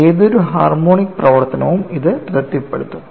ഏതൊരു ഹാർമോണിക് പ്രവർത്തനവും ഇത് തൃപ്തിപ്പെടുത്തും